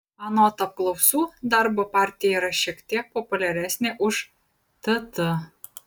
anot apklausų darbo partija yra šiek tiek populiaresnė už tt